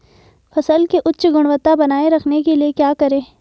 फसल की उच्च गुणवत्ता बनाए रखने के लिए क्या करें?